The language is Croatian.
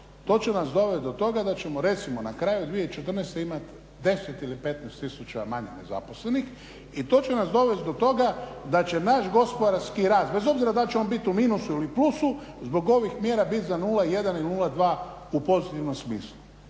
to će nas dovest do toga da ćemo recimo na kraju 2014. imati 10 ili 15 tisuća manje nezaposlenih i to će nas dovest do toga da će naš gospodarski rast, bez obzira dal će on bit u minusu ili plusu, zbog ovih mjera bit za 0,1 ili 0,2 u pozitivnom smislu.